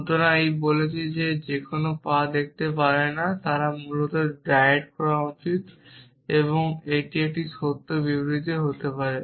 সুতরাং এই বলছে যে কেউ তাদের পা দেখতে পারে না তারা মূলত ডায়েট করা উচিত এটি একটি সত্য বিবৃতি হতে পারে